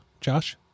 josh